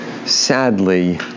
Sadly